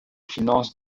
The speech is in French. finances